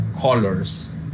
colors